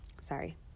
sorry